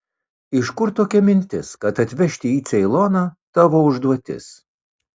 iš kur tokia mintis kad atvežti jį į ceiloną tavo užduotis